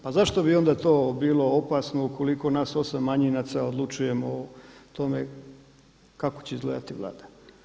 Pa zašto bi onda to bilo opasno ukoliko nas 8 manjinaca odlučujemo o tome kako će izgledati Vlada?